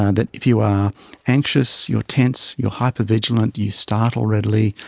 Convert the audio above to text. and that if you are anxious, you are tense, you are hypervigilant, you startle readily,